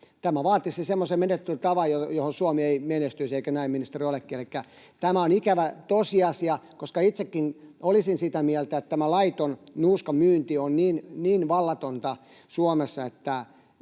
Tämä vaatisi semmoisen menettelytavan, jossa Suomi ei menestyisi. Eikö näin, ministeri, olekin? Elikkä tämä on ikävä tosiasia, koska itsekin olisin sitä mieltä, että laiton nuuskan myynti on niin vallatonta Suomessa, että